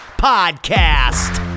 podcast